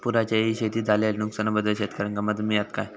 पुराच्यायेळी शेतीत झालेल्या नुकसनाबद्दल शेतकऱ्यांका मदत मिळता काय?